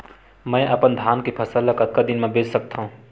मैं अपन धान के फसल ल कतका दिन म बेच सकथो?